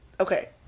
okay